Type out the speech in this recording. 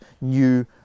new